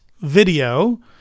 video